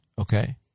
Okay